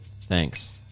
Thanks